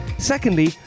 Secondly